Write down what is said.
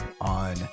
on